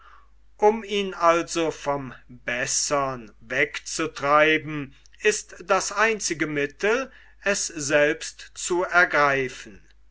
um ihn also vom bessern wegzutreiben ist das einzige mittel es selbst zu ergreifen